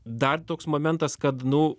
dar toks momentas kad nu